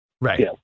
right